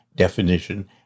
Definition